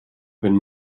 wenn